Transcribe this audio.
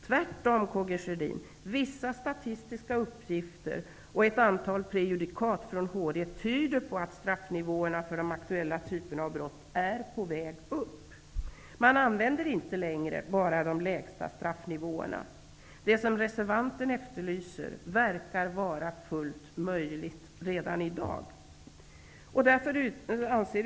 Tvärtom, Karl Gustaf Sjödin, tyder vissa statistiska uppgifter och ett antal prejudikat från HD på att straffnivåerna för de aktuella typerna av brott är på väg upp. Man använder inte längre bara de lägsta straffnivåerna. Det som reservanten efterlyser verkar vara fullt möjligt redan i dag.